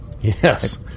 Yes